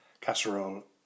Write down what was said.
casserole